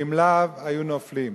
ואם לאו, היו נופלים.